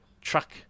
truck